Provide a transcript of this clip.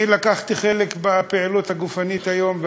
אני לקחתי חלק בפעילות הגופנית היום,